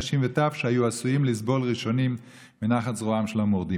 נשים וטף שהיו עשויים לסבול ראשונים מנחת זרועם של המורדים.